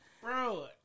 Bro